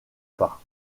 pas